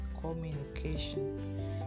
communication